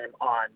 on